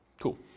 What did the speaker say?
Cool